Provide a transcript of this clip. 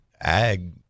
ag